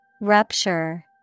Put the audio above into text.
Rupture